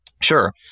Sure